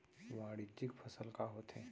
वाणिज्यिक फसल का होथे?